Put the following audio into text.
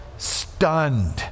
Stunned